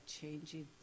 changing